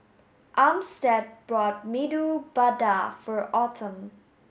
Armstead bought Medu Vada for Autumn